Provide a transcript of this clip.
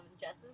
Jess's